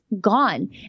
gone